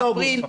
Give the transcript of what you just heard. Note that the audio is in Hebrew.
עד אוגוסט.